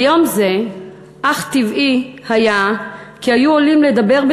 ביום זה אך טבעי היה שיעלו לומר דברים